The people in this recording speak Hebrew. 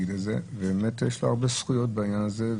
ובאמת יש לה הרבה זכויות בעניין הזה.